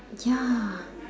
ya